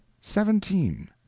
seventeen